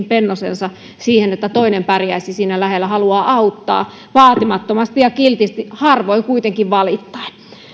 pennosensa siihen että toinen pärjäisi siinä lähellä haluaa auttaa vaatimattomasti ja kiltisti harvoin kuitenkaan valittaa